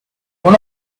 one